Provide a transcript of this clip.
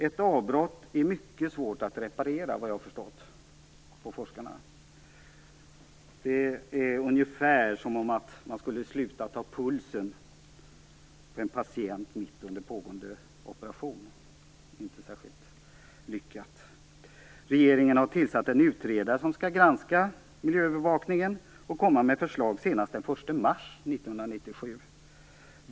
Ett avbrott är mycket svårt att reparera, vad jag har förstått av forskarna. Det är ungefär som om man skulle sluta ta pulsen på en patient mitt under pågående operation. Det är inte särskilt lyckat. Regeringen har tillsatt en utredare som skall granska miljöövervakningen och komma med förslag senast den 1 mars 1997.